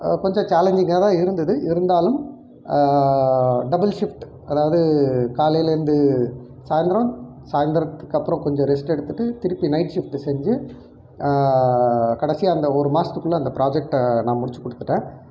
கொஞ்சம் சேலஞ்சிங்காக தான் இருந்தது இருந்தாலும் டபுள் ஷிஃப்ட் அதாவது காலையிலேர்ந்து சாய்ந்தரம் சாய்ந்தரத்துக்கப்புறம் கொஞ்சம் ரெஸ்ட் எடுத்துட்டு திருப்பி நைட் ஷிஃப்ட்டு செஞ்சு கடைசியாக அந்த ஒரு மாதத்துக்குள்ள அந்த ப்ராஜெக்ட்டை நான் முடிச்சுக் கொடுத்துட்டேன்